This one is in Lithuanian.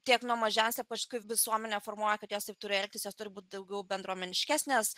tiek nuo mažens paskui visuomene formuoja kad jos taip turi elgtis jos turi būt daugiau bendruomeniškesnės